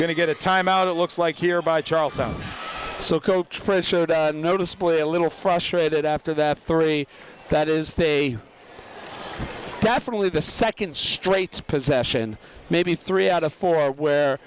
going to get a time out it looks like here by charles i'm so coach pressured i notice play a little frustrated after that three that is they definitely the second straights possession maybe three out of four where